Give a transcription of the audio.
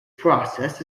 process